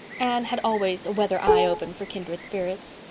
anne had always a weather eye open for kindred spirits.